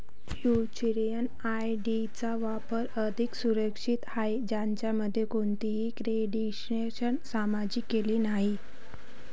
virtual ID चा वापर अधिक सुरक्षित आहे, ज्यामध्ये कोणतीही क्रेडेन्शियल्स सामायिक केलेली नाहीत